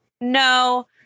No